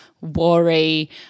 worry